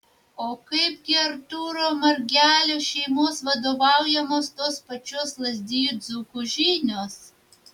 o kaip gi artūro margelio šeimos vadovaujamos tos pačios lazdijų dzūkų žinios